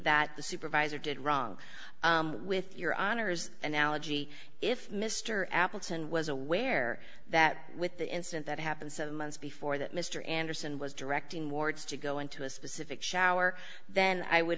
that the supervisor did wrong with your honor's analogy if mr appleton was aware that with the incident that happened seven months before that mr anderson was directing wards to go into a specific shower then i would